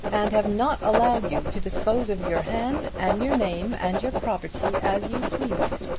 and have not allowed you to dispose of your hand, and your name, and your property as you pleased.